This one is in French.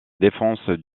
défense